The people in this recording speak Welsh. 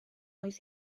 oedd